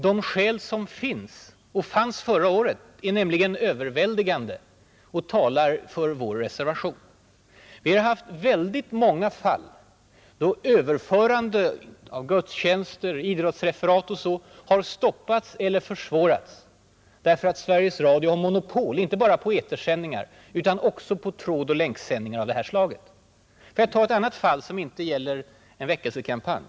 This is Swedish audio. De skäl som fanns förra året var nämligen överväldigande redan då och talar för vår reservation. Vi har haft väldigt många fall då överförande av gudstjänster, idrottsreferat osv. har stoppats eller försvårats därför att Sveriges Radio har monopol inte bara på etersändningar utan också på trådoch länksändningar av det här > Får jag nämna ett annat fall som inte gäller en väckelsekampanj.